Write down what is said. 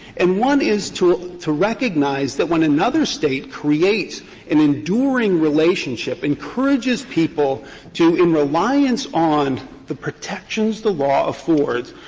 and one is to to recognize that when another state creates an enduring relationship, encourages people to, in reliance on the protections the law affords,